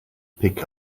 pick